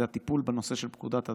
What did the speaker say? זה הטיפול בנושא של פקודת הדיג.